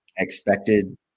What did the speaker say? expected